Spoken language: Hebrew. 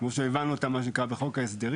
כמו שהבנו אותה, מה שנקרא, בחוק ההסדרים.